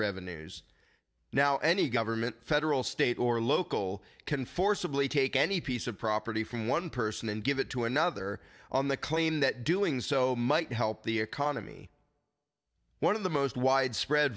revenues now any government federal state or local can forcibly take any piece of property from one person and give it to another on the claim that doing so might help the economy one of the most widespread